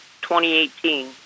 2018